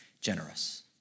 generous